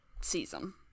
season